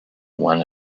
one